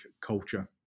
culture